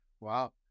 Wow